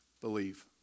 believe